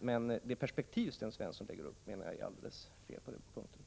Men det perspektiv som Sten Svensson tecknar på den här punkten är, enligt min mening, alldeles felaktigt.